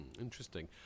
Interesting